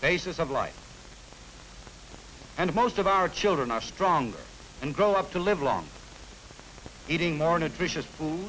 basis of lights and most of our children are stronger and grow up to live long eating more nutritious food